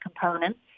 components